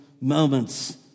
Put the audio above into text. moments